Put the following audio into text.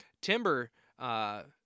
timber